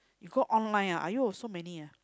you go online ah !aiyo! so many ah